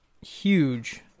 Huge